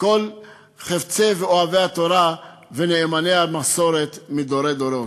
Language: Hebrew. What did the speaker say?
כל חפצי ואוהבי התורה ונאמני המסורת מדורי דורות.